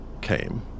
came